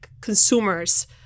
consumers